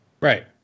Right